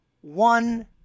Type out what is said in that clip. one